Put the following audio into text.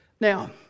Now